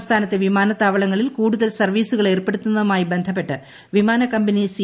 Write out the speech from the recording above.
സംസ്ഥാനത്തെ വിമാനത്താവളങ്ങളിൽ കൂടുതൽ സർവീസുകൾ എർപ്പെടുത്തുന്നതുമായി ബന്ധപ്പെട്ട് വിമാന കമ്പനി സി